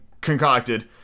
concocted